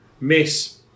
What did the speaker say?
Miss